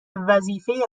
وظیفه